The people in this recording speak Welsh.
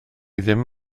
ddim